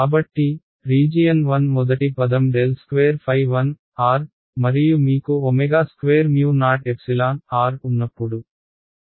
కాబట్టి రీజియన్ 1 మొదటి పదం ∇2 1 మరియు మీకు2O ఉన్నప్పుడు